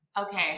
okay